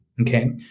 Okay